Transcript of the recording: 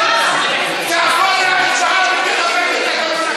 תעבור להצבעה ותבטל.